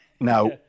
Now